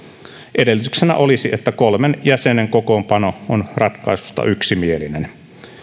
edellytyksenä olisi että kolmen jäsenen kokoonpano on ratkaisusta yksimielinen